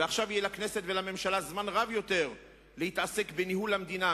ועכשיו יהיה לכנסת ולממשלה זמן רב יותר להתעסק בניהול המדינה,